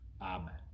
Amen